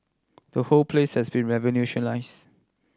the whole places has been revolutionise